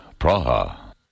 Praha